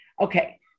Okay